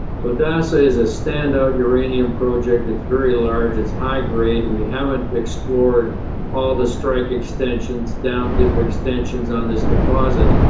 so dasa is a standout uranium project. it's very large. it's high grade. we haven't explored all the strike extensions and down-dip extensions on this deposit.